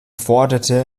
forderte